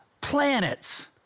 planets